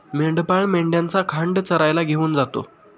मेंढपाळ मेंढ्यांचा खांड चरायला घेऊन जातो